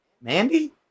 Mandy